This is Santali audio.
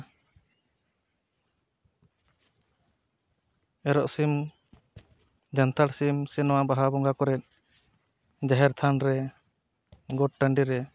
ᱮᱨᱚᱜ ᱥᱤᱢ ᱡᱟᱱᱛᱷᱟᱲ ᱥᱤᱢ ᱥᱮ ᱱᱚᱣᱟ ᱵᱟᱦᱟ ᱵᱚᱸᱜᱟ ᱠᱚᱨᱮ ᱡᱟᱦᱮᱨ ᱛᱷᱟᱱ ᱨᱮ ᱜᱚᱴ ᱴᱟᱺᱰᱤ ᱨᱮ